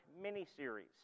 mini-series